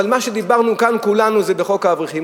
אבל מה שדיברנו כאן כולנו עליו זה חוק האברכים.